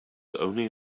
only